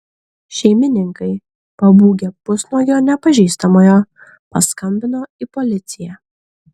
šeimininkai pabūgę pusnuogio nepažįstamojo paskambino į policiją